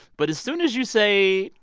but as soon as you say,